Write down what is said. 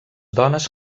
dones